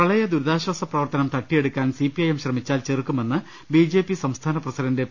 പ്രളയ ദുരിതാശ്വാസ പ്രവർത്തനം തട്ടിയെടുക്കാൻ സിപിഐഎം ശ്രമിച്ചാൽ ചെറുക്കുമെന്ന് ബിജെപി സംസ്ഥാന പ്രസിഡന്റ് പി